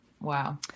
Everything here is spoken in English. Wow